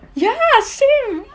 ya same